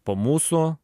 po mūsų